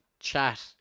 chat